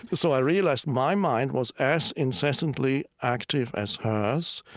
so i realized my mind was as incessantly active as hers.